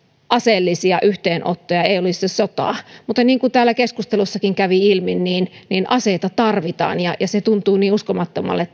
aseellisia yhteenottoja ei olisi sotaa mutta niin kuin täällä keskustelussakin kävi ilmi aseita tarvitaan ja tämä ristiriita tuntuu niin uskomattomalle